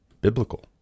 biblical